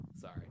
Sorry